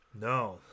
No